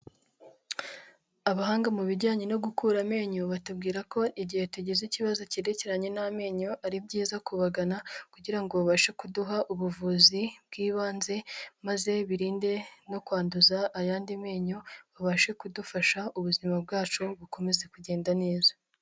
Abahanga mu bijyanye no gukura amenyo, batubwira ko igihe tugize ikibazo cyerekeranye n'amenyo, ari byiza kubagana kugira ngo babashe kuduha ubuvuzi bw'ibanze maze birinde no kwanduza ayandi menyo babashe kudufasha ubuzima bwacu bukomeze kugenda neza.